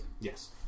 Yes